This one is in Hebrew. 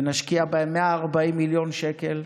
ונשקיע בהם 140 מיליון שקל,